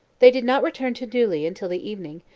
they did not return to neuilly until the evening,